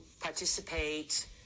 participate